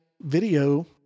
video